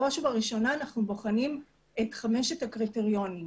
בראש ובראשונה אנחנו בוחנים את חמשת הקריטריונים.